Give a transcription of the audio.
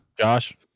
Josh